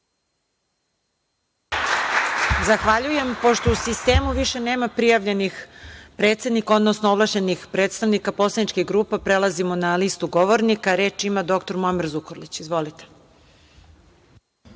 Zahvaljujem. Pošto u sistemu više nema prijavljenih predsednika, odnosno ovlašćenih predstavnika poslaničkih grupa, prelazimo na listu govornika. Reč ima narodni poslanik doktor, Muamer Zukorlić. Izvolite.